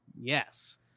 Yes